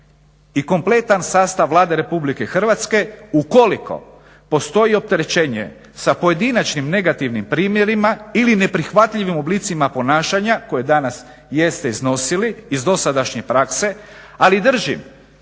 i kompletan sastav Vlade Republike Hrvatske ukoliko postoji opterećenje sa pojedinačnim negativnim primjerima ili neprihvatljivim oblicima ponašanja koje danas jeste iznosili iz dosadašnje prakse. Ali držim